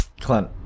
Clint